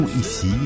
ici